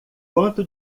quanto